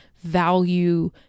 value